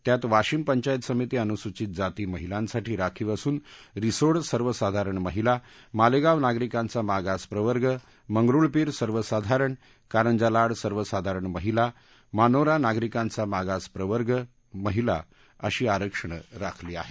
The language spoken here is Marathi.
त्यात वाशिम पंचायत समिती अनुसूचित जाती महिलांसाठी राखीव असून रिसोड सर्वसाधारण महिला मालेगाव नागरिकांचा मागास प्रवर्ग मंगरुळपीर सर्वसाधारण कारंजा लाड सर्वसाधारण महिला मानोरा नागरिकांचा मागास प्रवर्ग महिला अशी आरक्षणं राखली आहेत